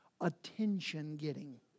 attention-getting